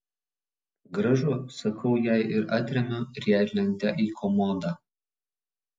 gražu sakau jai ir atremiu riedlentę į komodą